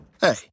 Hey